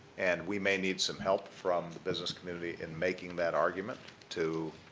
and we may need some help from the business community in making that argument to